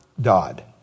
Dodd